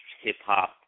hip-hop